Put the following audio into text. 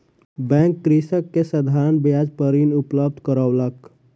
bank कृषक के साधारण ब्याज पर ऋण उपलब्ध करौलक